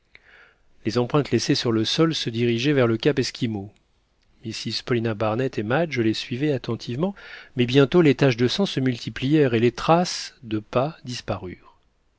les empreintes laissées sur le sol se dirigeaient vers le cap esquimau mrs paulina barnett et madge les suivaient attentivement mais bientôt les taches de sang se multiplièrent et les traces de pas